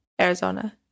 Arizona